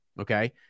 Okay